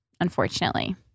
unfortunately